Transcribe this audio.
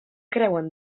creuen